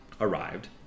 arrived